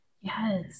Yes